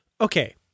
okay